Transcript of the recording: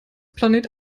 planet